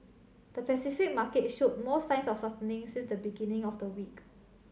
the Pacific market showed more signs of softening since the beginning of the week